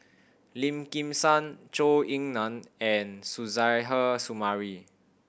Lim Kim San Zhou Ying Nan and Suzairhe Sumari